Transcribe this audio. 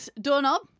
doorknob